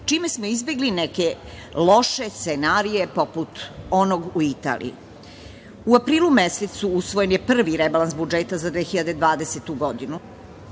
čime smo izbegli neke loše scenarije poput onog u Italiji.U aprili mesecu usvojen je prvi rebalans budžeta za 2020. godinu.